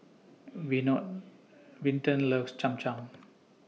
Vinton loves Cham Cham